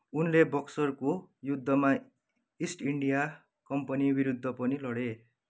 उनले बक्सरको युद्धमा इस्ट इन्डिया कम्पनीविरुद्ध पनि लडे